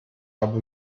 habe